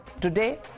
today